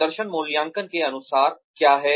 प्रदर्शन मूल्यांकन के अनुसार क्या हैं